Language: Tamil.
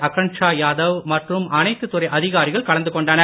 அக்கன்ஷா யாதவ் மற்றும் அனைத்து துறை அதிகாரிகள் கலந்து கொண்டனர்